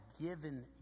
given